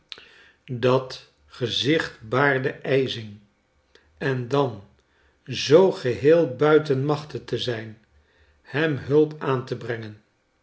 dat gezicht baarde ijzing en dan zoo geheel buiten machte te zijn hem hulp aan te brengen